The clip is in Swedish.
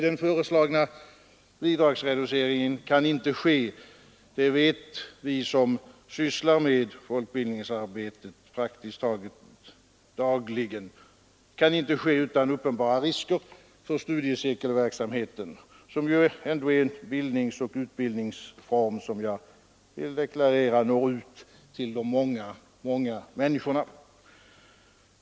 Den föreslagna bidragsreduceringen kan inte ske — det vet jag som sysslar med folkbildningsarbetet praktiskt taget dagligen — utan uppenbara risker för studiecirkelverksamheten, som ju ändå är en bildningsoch utbildningsform som når ut till de många människorna.